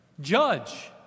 judge